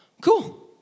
cool